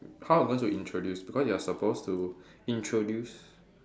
how you going to introduce because you're supposed to introduce